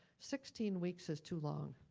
sixteen weeks is too long.